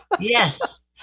Yes